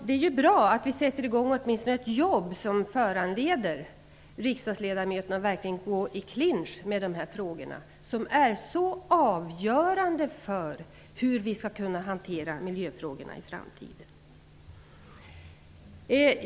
Det är bra att det har satts i gång ett arbete som har föranlett riksdagsledamöterna att gå i clinch med frågorna. Det är så avgörande för hur vi skall hantera miljöfrågorna i framtiden.